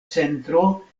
centro